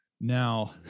Now